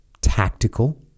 tactical